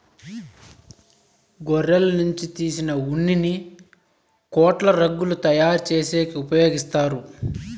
గొర్రెల నుంచి తీసిన ఉన్నిని కోట్లు, రగ్గులు తయారు చేసేకి ఉపయోగిత్తారు